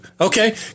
okay